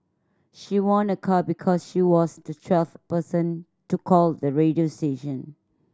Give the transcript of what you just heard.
she won a car because she was the twelfth person to call the radio station